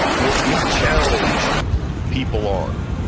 what we challenge people on,